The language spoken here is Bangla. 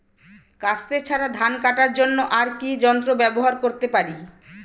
কাস্তে ছাড়া ধান কাটার জন্য আর কি যন্ত্র ব্যবহার করতে পারি?